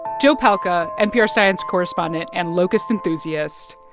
joe palca, npr science correspondent and locust enthusiast.